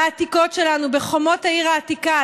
בעתיקות שלנו, בחומות העיר העתיקה.